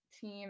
team